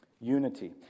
Unity